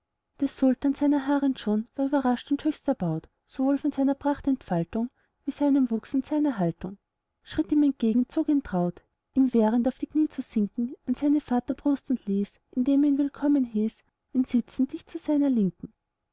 der sultan seiner harrend schon war überrascht und höchst erbaut sowohl von seiner prachtentfaltung wie seinem wuchs und seiner haltung schritt ihm entgegen zog ihn traut ihm wehrend auf die knie zu sinken an seine vaterbrust und ließ indem er ihn willkommen hieß ihn sitzen dicht zu seiner linken